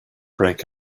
break